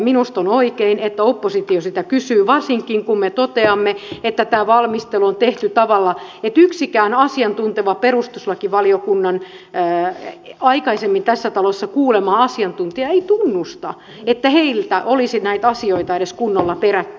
minusta on oikein että oppositio sitä kysyy varsinkin kun me toteamme että tämä valmistelu on tehty tavalla että yksikään asiantunteva perustuslakivaliokunnan aikaisemmin tässä talossa kuulema asiantuntija ei tunnusta että heiltä olisi näitä asioita edes kunnolla perätty